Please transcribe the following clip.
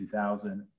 2000